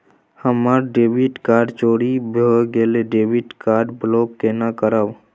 हमर debit card चोरी भगेलै डेबिट कार्ड ब्लॉक केना करब?